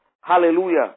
Hallelujah